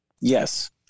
Yes